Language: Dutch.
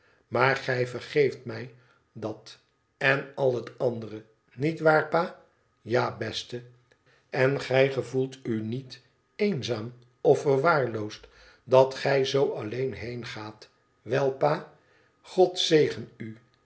maar gij vergeeft mij dat en al het andere niet waar pa ja beste n gij gevoelt u niet eenzaam of verwaarloosd dat gij zoo alleen heengaat wel pa god zegen u